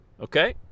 okay